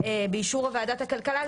באישור ועדת הכלכלה,